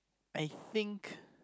I think